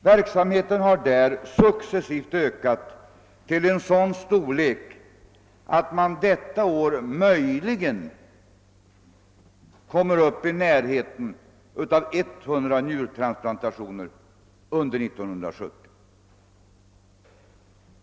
Verksamheten där har successivt ökat till sådan omfattning att man möjligen kommer upp i närheten av 100 njurtransplantationer under 1970.